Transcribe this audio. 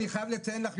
אני חייב לציין לך,